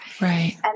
Right